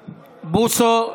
בוסו,